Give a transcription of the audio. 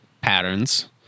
patterns